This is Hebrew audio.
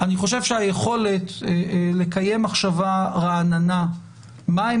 אני חושב שהיכולת לקיים מחשבה רעננה מהם